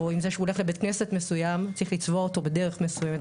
או אם זה שהוא הולך לבית כנסת מסויים צריך לצבוע אותו בצורה מסויימת,